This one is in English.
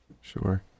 Sure